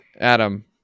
Adam